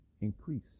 increase